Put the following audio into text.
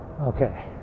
okay